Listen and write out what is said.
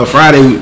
Friday